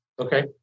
okay